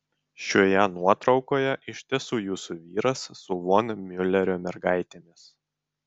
šioje nuotraukoje iš tiesų jūsų vyras su von miulerio mergaitėmis